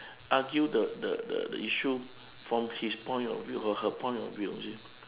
argue the the the the issue from his point of view or her point of view you see